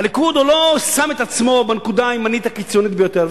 הליכוד לא שם את עצמו בנקודה הימנית הקיצונית ביותר.